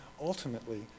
ultimately